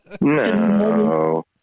No